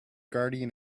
guardian